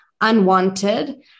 unwanted